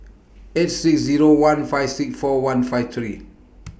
eight six Zero one five six four one five three